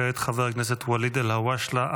כעת חבר הכנסת ואליד אלהואשלה.